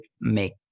make